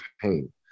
pain